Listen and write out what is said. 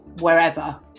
wherever